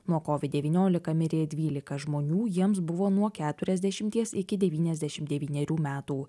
nuo kovid devyniolika mirė dvylika žmonių jiems buvo nuo keturiasdešimties iki devyniasdešimt devynerių metų